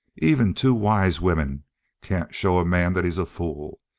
even two wise women can't show a man that he's a fool?